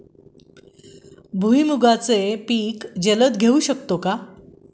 भुईमुगाचे जलद पीक घेऊ शकतो का?